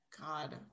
God